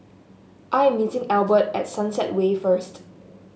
I am meeting Albert at Sunset Way first